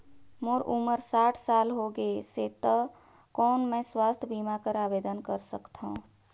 मोर उम्र साठ साल हो गे से त कौन मैं स्वास्थ बीमा बर आवेदन कर सकथव?